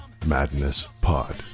MadnessPod